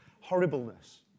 Horribleness